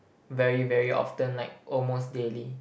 very very often like almost daily